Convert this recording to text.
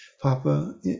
Papa